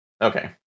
Okay